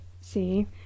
see